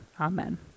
Amen